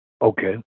Okay